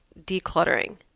decluttering